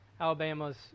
Alabama's